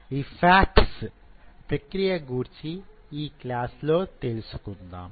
ఈ FACS ప్రక్రియ గూర్చి ఈ క్లాస్ లో తెలుసుకుందాం